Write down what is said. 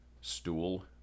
stool